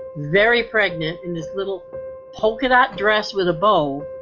very pregnant in this little polka dot dress with a bow,